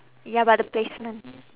ya but the placement